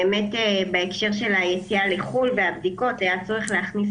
באמת בהקשר של היציאה לחו"ל והבדיקות היה צורך להכניס